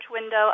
window